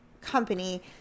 company